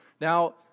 Now